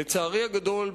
לצערי הגדול,